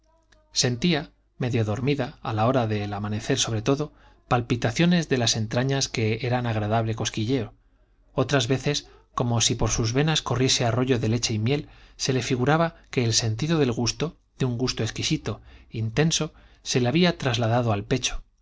sentía medio dormida a la hora de amanecer sobre todo palpitaciones de las entrañas que eran agradable cosquilleo otras veces como si por sus venas corriese arroyo de leche y miel se le figuraba que el sentido del gusto de un gusto exquisito intenso se le había trasladado al pecho